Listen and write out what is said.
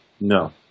No